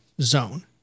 zone